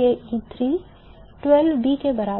J बराबर 1 E1 से मेल खाता है जो कि 2B J के एक